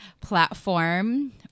platform